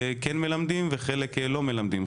כן מלמדים וחלק לא מלמדים,